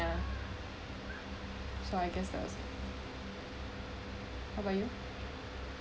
yeah so I guess those how about you